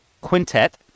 quintet